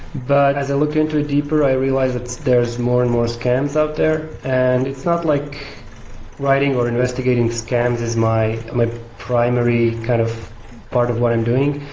but as i looked into it deeper i realized that there is more and more scams out there. and it's not like writing or investigating scams is my my primary kind of part of what i'm doing,